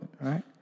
right